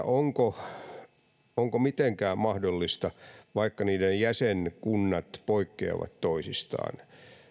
onko mitenkään mahdollista että vaikka niiden jäsenkunnat poikkeavat toisistaan